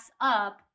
up